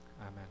amen